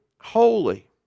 holy